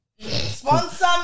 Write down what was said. Sponsor